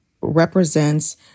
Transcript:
represents